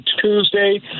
Tuesday